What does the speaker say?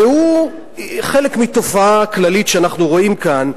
והוא חלק מתופעה כללית שאנחנו רואים כאן: